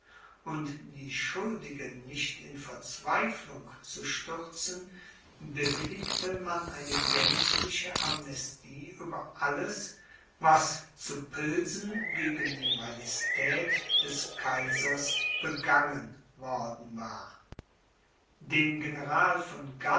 und die schuldigen nicht in verzweiflung zu stürzen bewilligte man eine gänzliche amnestie über alles was zu pilsen gegen die majestät des kaisers begangen worden war dem general von